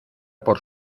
por